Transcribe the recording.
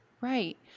Right